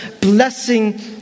blessing